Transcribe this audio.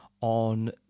on